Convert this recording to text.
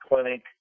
clinic